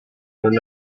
non